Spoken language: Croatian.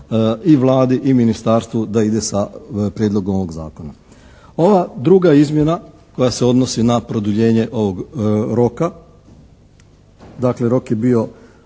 i Vladi i ministarstvu da ide sa prijedlogom ovog Zakona. Ova druga izmjena koja se odnosi na produljenje ovog roka, dakle rok je bio